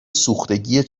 سوختگی